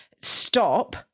stop